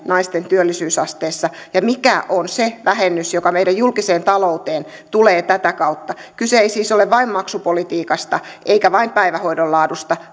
naisten työllisyysasteessa ja mikä on se vähennys joka meidän julkiseen talouteemme tulee tätä kautta kyse ei siis ole vain maksupolitiikasta eikä vain päivähoidon laadusta